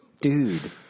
Dude